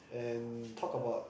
and talk about